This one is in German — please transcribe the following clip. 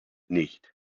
nicht